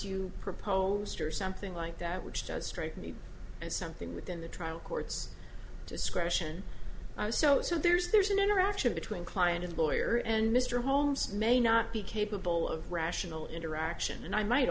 you proposed or something like that which does strike me as something within the trial court's discretion so so there's there's an interaction between client and lawyer and mr holmes may not be capable of rational interaction and i might